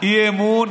אי-אמון